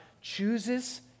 chooses